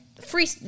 free